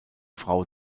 frau